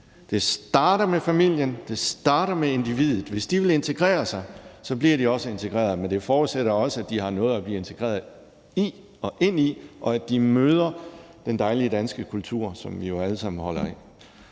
Det starter med familien, det starter med individet; hvis de vil integrere sig, bliver de også integreret. Men det forudsætter også, at de har noget at blive integreret i og ind i, og at de møder den dejlige danske kultur, som vi jo alle sammen holder